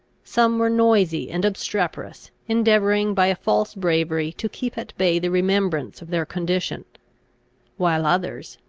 some were noisy and obstreperous, endeavouring by a false bravery to keep at bay the remembrance of their condition while others,